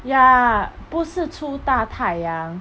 ya 不是出大太阳